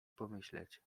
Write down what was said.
pomyśleć